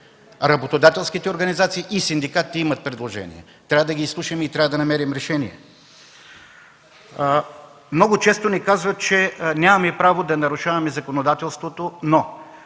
Работодателските организации и синдикатите имат предложения. Трябва да ги изслушаме и да намерим решение! Много често ни казват, че нямаме право да нарушаваме законодателството. По